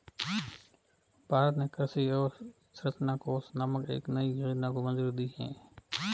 भारत ने कृषि अवसंरचना कोष नामक एक नयी योजना को मंजूरी दी है